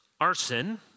arson